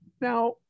now